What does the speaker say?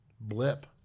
blip